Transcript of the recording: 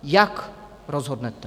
Jak rozhodnete?